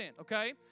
okay